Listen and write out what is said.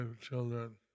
children